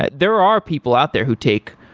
and there are people out there who take,